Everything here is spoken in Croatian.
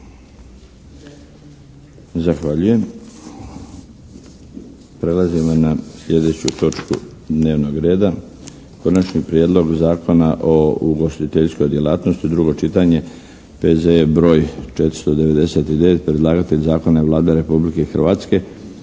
Darko (HDZ)** Prelazimo na sljedeću točku dnevnog reda - Konačni prijedlog Zakona o ugostiteljskoj djelatnosti - drugo čitanje, P.Z.E. br. 499 Predlagatelj zakona je Vlada Republike Hrvatske.